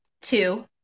Two